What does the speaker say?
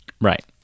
Right